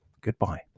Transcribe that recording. goodbye